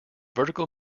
vertical